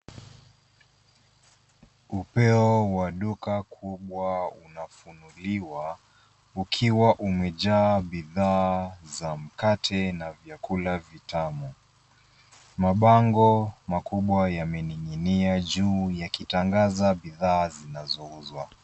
Upeo wa duka kubwa unafunuliwa ukiwa umejaa bidhaa za mkate na vyakula vitamu. Mabango makubwa yamening'inia juu yakitangaza bidhaa zinazouzwa.